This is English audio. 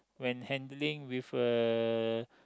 when handling with uh